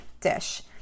dish